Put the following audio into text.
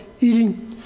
eating